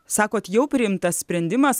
sakot jau priimtas sprendimas